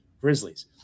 Grizzlies